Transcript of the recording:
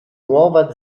nuova